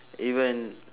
even